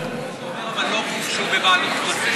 אתה אומר: אבל לא כשהוא בבעלות פרטית?